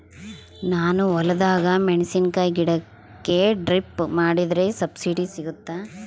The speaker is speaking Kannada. ನಾನು ಹೊಲದಾಗ ಮೆಣಸಿನ ಗಿಡಕ್ಕೆ ಡ್ರಿಪ್ ಮಾಡಿದ್ರೆ ಸಬ್ಸಿಡಿ ಸಿಗುತ್ತಾ?